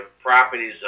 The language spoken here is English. properties